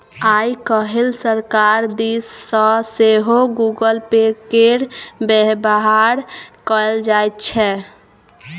आय काल्हि सरकार दिस सँ सेहो गूगल पे केर बेबहार कएल जाइत छै